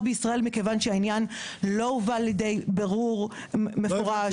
בישראל מכיוון שהעניין לא הובא לידי בירור מפורש.